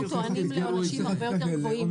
אנחנו טוענים לעונשים הרבה יותר גבוהים.